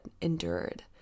endured